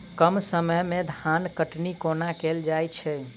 कम समय मे धान केँ कटनी कोना कैल जाय छै?